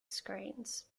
screens